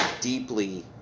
deeply